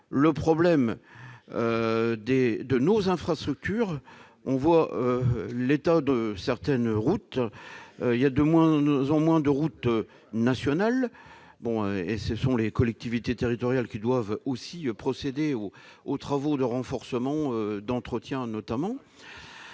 le problème de nos infrastructures. Chacun peut constater l'état de certaines routes ; il y a de moins en moins de routes nationales, et ce sont les collectivités territoriales qui doivent procéder aux travaux de renforcement et d'entretien. Quant